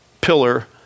pillar